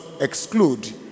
exclude